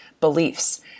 beliefs